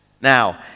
Now